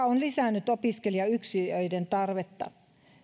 on lisännyt opiskelijayksiöiden tarvetta